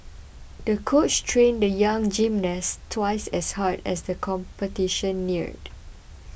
the coach trained the young gymnast twice as hard as the competition neared